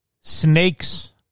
snake's